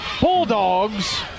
bulldogs